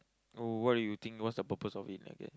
oh what do you think what's the purpose of it I get